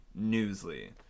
newsly